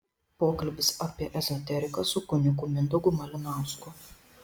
pokalbis apie ezoteriką su kunigu mindaugu malinausku